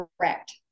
Correct